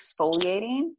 exfoliating